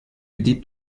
deep